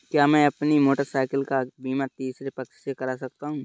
क्या मैं अपनी मोटरसाइकिल का बीमा तीसरे पक्ष से करा सकता हूँ?